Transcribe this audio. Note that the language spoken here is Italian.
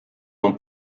non